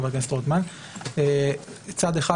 חבר הכנסת רוטמן: צד אחד,